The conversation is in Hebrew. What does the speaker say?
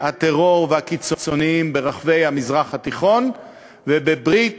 הטרור והקיצונים ברחבי המזרח התיכון ובברית